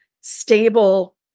stable